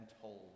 told